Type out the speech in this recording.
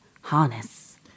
harness